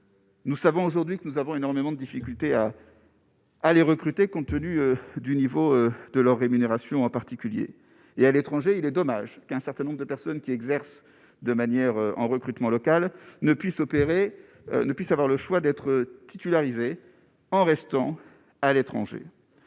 Nous savons aujourd'hui que nous avons énormément de difficultés à. à les recruter, compte tenu du niveau de leurs rémunérations, en particulier et à l'étranger, il est dommage qu'un certain nombre de personnes qui exerce de manière en recrutement local ne puisse opérer ne puissent avoir le choix d'être titularisé en restant à l'étranger,